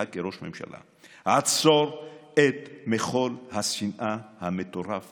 כראש ממשלה: עצור את מחול השנאה המטורף